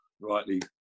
rightly